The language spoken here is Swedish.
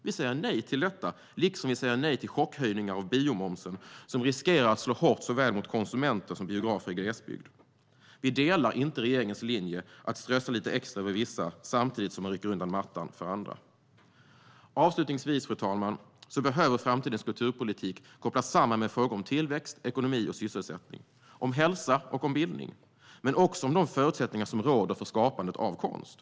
Vi säger nej till detta, liksom vi säger nej till chockhöjningar av biomomsen, som riskerar att slå hårt mot såväl konsumenter som biografer i glesbygd. Vi delar inte regeringens linje att strössla lite extra över vissa samtidigt som man rycker undan mattan för andra. Avslutningsvis, fru talman, behöver framtidens kulturpolitik kopplas samman med frågor om tillväxt, ekonomi och sysselsättning, hälsa och bildning. Men det handlar också om de förutsättningar som råder för skapandet av konst.